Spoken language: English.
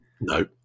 no